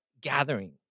gathering